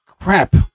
Crap